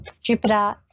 Jupiter